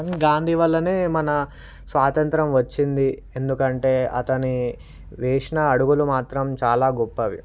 గాంధీ వలనే మన స్వాతంత్రం వచ్చింది ఎందుకంటే అతని వేసిన అడుగులు మాత్రం చాలా గొప్పవి